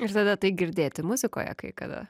ir tada tai girdėti muzikoje kai kada